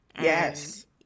Yes